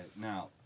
now